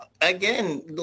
Again